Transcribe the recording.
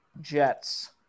Jets